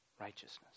righteousness